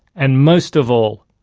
and most of all,